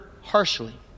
harshly